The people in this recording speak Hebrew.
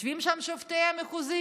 יושבים שם שופטי המחוזי.